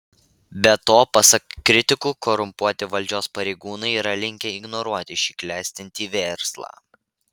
be to pasak kritikų korumpuoti valdžios pareigūnai yra linkę ignoruoti šį klestintį verslą